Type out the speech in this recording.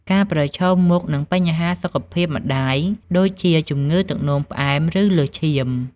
ការប្រឈមមុខនឹងបញ្ហាសុខភាពម្តាយ ដូចជាជំងឺទឹកនោមផ្អែម ឬលើសឈាម ។